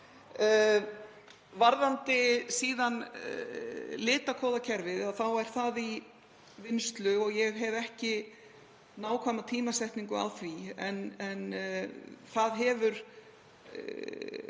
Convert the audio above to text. Varðandi litakóðakerfið þá er það í vinnslu og ég hef ekki nákvæma tímasetningu á því. En það hefur